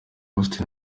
austin